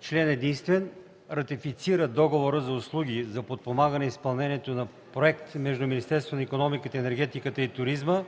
Член единствен. Ратифицира Договора за услуги за подпомагане изпълнението на проект между Министерството на икономиката, енергетиката и туризма